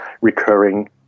recurring